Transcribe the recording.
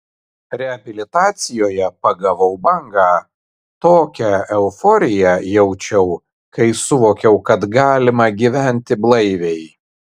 reabilitacijoje pagavau bangą tokią euforiją jaučiau kai suvokiau kad galima gyventi blaiviai